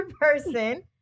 person